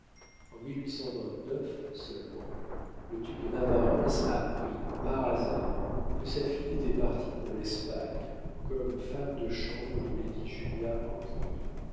en seulement le duc de navarreins apprit par hasard que sa fille était partie pour l'espagne comme femme de chambre de lady